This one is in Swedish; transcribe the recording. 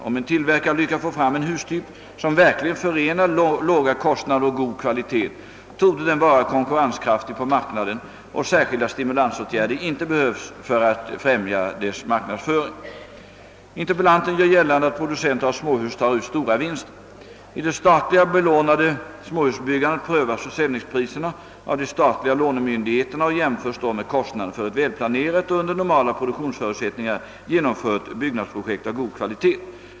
Om en tillverkare lyckas få fram en hustyp som verkligen förenar låga kostnader och god kvalitet torde den vära konkurrenskraftig på marknaden, och särskilda stimulansåtgärder torde inte behövas för att främja dess marknadsföring. Interpellanten gör gällande ati producenter av småhus tar ut stora vinster. I det statligt belånade småhusbyggandet prövas försäljningspriserna av de statliga lånemyndigheterna och jämförs då med kostnaden för ett välplanerat och under normala produktionsförutsättningar genomfört byggnadsprojekt av god kvalitet.